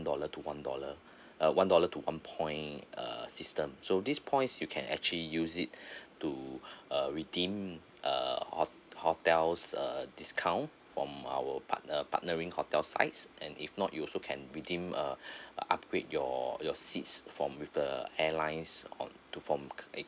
dollar to one dollar uh one dollar to one point uh system so these points you can actually use it to uh redeem uh hot~ hotels uh discount from our partner partnering hotel sites and if not you also can redeem uh upgrade your your seats from with the airlines on to from